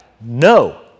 No